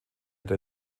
der